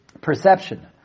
perception